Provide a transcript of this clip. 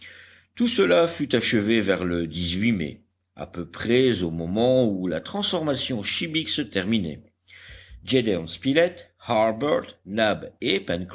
tout cela fut achevé vers le mai à peu près au moment où la transformation chimique se terminait